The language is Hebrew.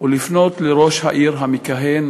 ולפנות לראש העיר המכהן,